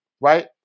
right